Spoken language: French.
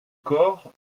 corps